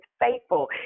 faithful